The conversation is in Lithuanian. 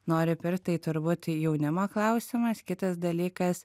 nori pirkt tai turbūt tai jaunimo klausimas kitas dalykas